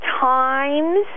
Times